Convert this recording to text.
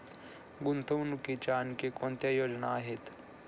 गुंतवणुकीच्या आणखी कोणत्या योजना आहेत?